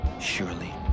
surely